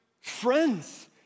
friends